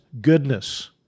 goodness